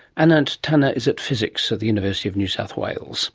anant tanna is at physics at the university of new south wales